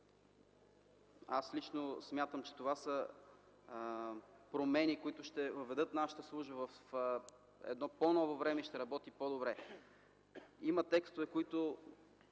Аз лично смятам, че това са промени, които ще въведат нашата служба в едно по-ново време и тя ще работи по-добре. Има текстове, които,